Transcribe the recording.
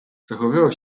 zachowywał